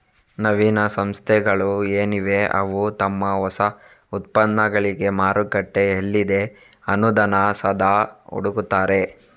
ನವೀನ ಸಂಸ್ಥೆಗಳು ಏನಿವೆ ಅವು ತಮ್ಮ ಹೊಸ ಉತ್ಪನ್ನಗಳಿಗೆ ಮಾರುಕಟ್ಟೆ ಎಲ್ಲಿದೆ ಅನ್ನುದನ್ನ ಸದಾ ಹುಡುಕ್ತಾರೆ